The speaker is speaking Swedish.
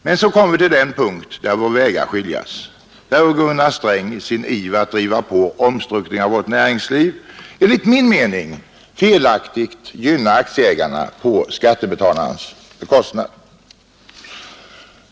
Men så kommer vi till den punkt, där våra vägar skiljs, där finansministern i sin iver att driva på omstruktureringen av vårt näringsliv enligt min mening felaktigt gynnar aktieägarna på skattebetalarnas bekostnad.